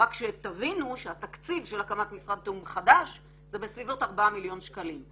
רק שתבינו שהתקציב של הקמת משרד תיאום חדש זה בסביבות 4 מיליון שקלים.